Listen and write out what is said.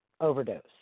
overdose